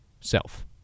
self